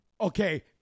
Okay